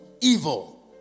evil